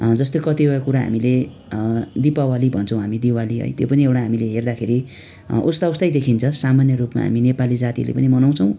जस्तो कतिवटा कुरा हामीले दिपावली भन्छौँ दिवाली है त्यो पनि हामीले हेर्दाखेरि उस्ताउस्तै देखिन्छ सामान्य रूपमा हामी नेपाली जातिले पनि मनाउँछौँ